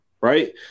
right